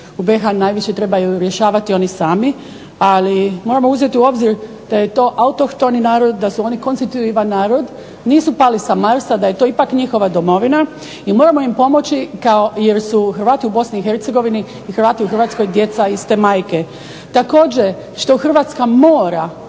u BIH najviše trebaju rješavati oni sami, ali trebamo uzeti u obzir da su oni kontituivan narod, nisu pali sa Marsa, da je to ipak njihova domovina i moramo im pomoći jer su u Hrvati u Bosni i Hercegovini i Hrvati u Hrvatskoj djeca iste majke. Također što Hrvatska mora